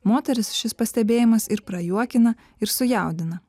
moteris šis pastebėjimas ir prajuokina ir sujaudina